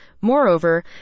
Moreover